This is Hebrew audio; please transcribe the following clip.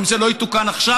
אם זה לא יתוקן עכשיו,